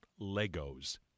Legos